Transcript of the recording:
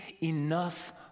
enough